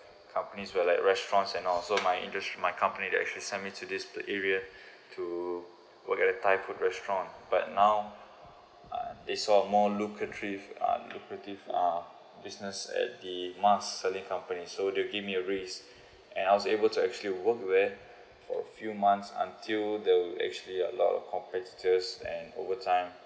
companies where like restaurants and all so my indus~ my company that actually send me to this pla~ area to work at a thai food restaurant but now uh they saw uh more local uh localtive uh business at the mask selling company so they give me a raise and I was able to actually work there for a few months until there were actually a lot of competitors and over time